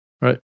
Right